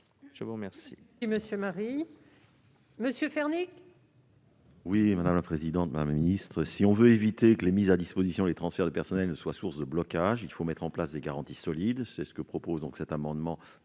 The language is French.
je vous remercie,